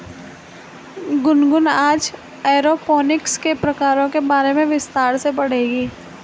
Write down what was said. गुनगुन आज एरोपोनिक्स के प्रकारों के बारे में विस्तार से पढ़ेगी